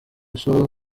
solly